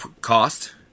cost